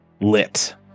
lit